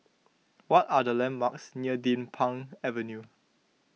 what are the landmarks near Din Pang Avenue